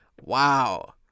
wow